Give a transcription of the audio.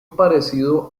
parecido